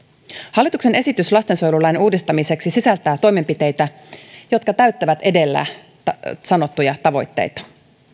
hallituksen esitys lastensuojelulain uudistamiseksi sisältää toimenpiteitä jotka täyttävät edellä sanottuja tavoitteita